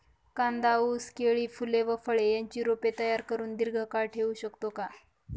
कांदा, ऊस, केळी, फूले व फळे यांची रोपे तयार करुन दिर्घकाळ ठेवू शकतो का?